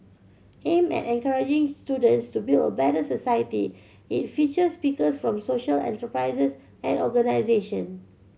aimed at encouraging students to build a better society it features speakers from social enterprises and organisation